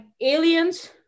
aliens